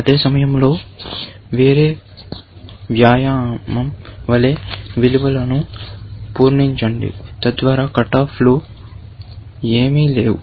అదే సమయంలో వేరే వ్యాయామం వలె విలువలను పూరించండి తద్వారా కట్ ఆఫ్లు ఏవీ లేవు